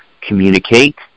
communicate